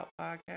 podcast